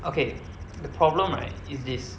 okay the problem right is this